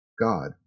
God